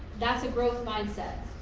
that's a growth mind set.